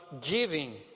giving